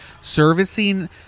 servicing